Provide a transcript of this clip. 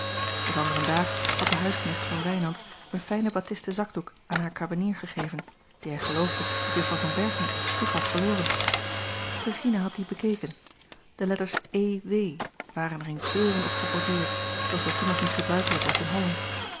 des anderen daags had de huisknecht van wijnands een fijnen batisten zakdoek aan hare kamenier gegeven dien hij geloofde dat juffrouw van berchem op de stoep had verloren regina had dien bekeken de letters e w waren er in kleuren op geborduurd zooals dat toen nog niet gebruikelijk was in holland